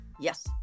Yes